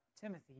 Timothy